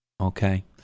okay